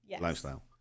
lifestyle